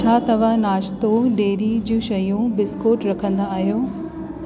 छा तव्हां नाश्तो डेयरी जूं शयूं बिस्कूट रखंदा आहियो